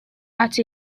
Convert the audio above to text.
and